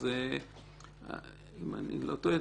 אם אני לא טועה,